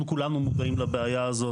אנחנו כולנו מודעים לבעיה הזו,